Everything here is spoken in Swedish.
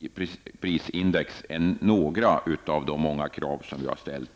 varit några av de många kraven.